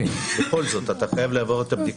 בכל זאת אתה חייב לעבור את הבדיקה.